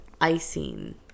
icing